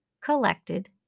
collected